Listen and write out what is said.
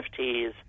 NFTs